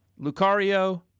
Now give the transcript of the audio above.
Lucario